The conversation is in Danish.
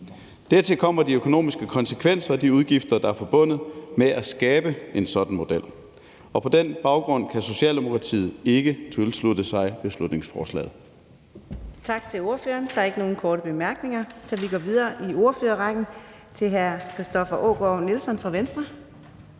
Dertil kommer de økonomiske konsekvenser og de udgifter, der er forbundet med at skabe en sådan model. På den baggrund kan Socialdemokratiet ikke tilslutte sig beslutningsforslaget. Kl. 18:58 Fjerde næstformand (Karina Adsbøl): Tak til ordføreren. Der er ikke nogen korte bemærkninger, så vi går videre i ordførerrækken til hr. Christoffer Aagaard Melson fra Venstre.